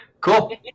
Cool